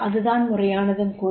அது தான் முறையானதும் கூட